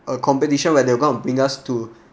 a competition where they're gonna bring us to